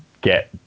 get